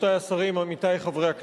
6412, 6415, 6417 ו-6437.